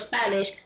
Spanish